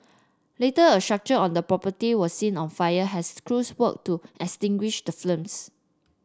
later a structure on the property was seen on fire as crews worked to extinguish the flames